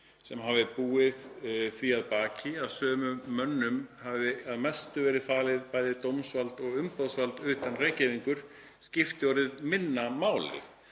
sem hafi búið því að baki að sömu mönnum hafi að mestu verið falið bæði dómsvald og umboðsvald utan Reykjavíkur, skipti orðið minna máli,